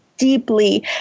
deeply